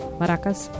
maracas